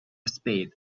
spade